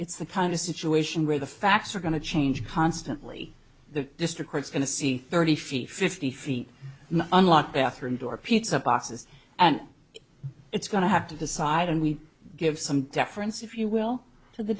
it's the kind of situation where the facts are going to change constantly the district court's going to see thirty feet fifty feet unlock bathroom door pizza boxes and it's going to have to decide and we give some deference if you will t